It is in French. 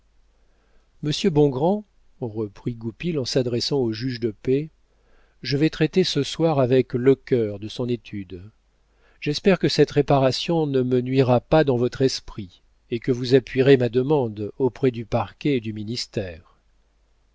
bongrand reprit goupil en s'adressant au juge de paix je vais traiter ce soir avec lecœur de son étude j'espère que cette réparation ne me nuira pas dans votre esprit et que vous appuierez ma demande auprès du parquet et du ministère